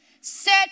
set